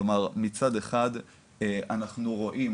כלומר מצד אחד אנחנו רואים